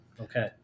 okay